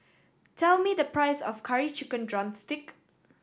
tell me the price of Curry Chicken drumstick